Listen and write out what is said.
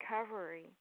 recovery